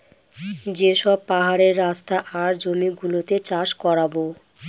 যে সব পাহাড়ের রাস্তা আর জমি গুলোতে চাষ করাবো